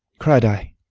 cried i,